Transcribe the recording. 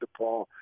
DePaul